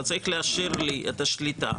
אתה צריך להשאיר לי את השליטה,